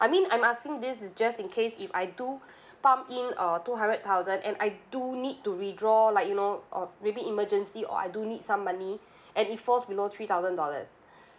I mean I'm asking this is just in case if I do pump in uh two hundred thousand and I do need to withdraw like you know uh maybe emergency or I do need some money and it falls below three thousand dollars